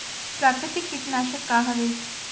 प्राकृतिक कीटनाशक का हवे?